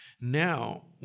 Now